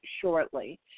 shortly